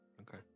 Okay